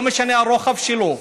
לא משנה מה הרוחב שלו,